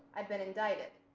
i've been indicted.